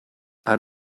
out